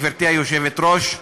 גברתי היושבת-ראש,